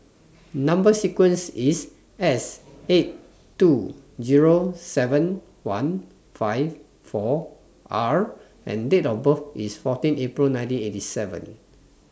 Number sequence IS S eight two Zero seven one fifty four R and Date of birth IS fourteen April nineteen eight seven